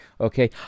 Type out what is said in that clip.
Okay